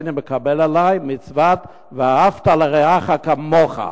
הריני מקבל עלי מצוות "ואהבת לרעך כמוך".